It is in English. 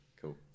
Cool